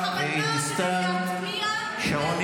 חבר